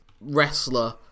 wrestler